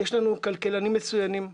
יש לנו כלכלנים מצוינים,